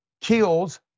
kills